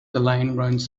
underground